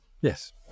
yes